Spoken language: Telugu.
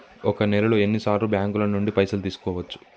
ఒక నెలలో ఎన్ని సార్లు బ్యాంకుల నుండి పైసలు తీసుకోవచ్చు?